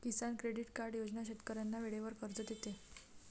किसान credit card योजना शेतकऱ्यांना वेळेवर कर्ज देते